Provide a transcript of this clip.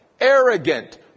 arrogant